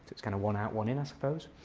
it's kind of one out one in i suppose.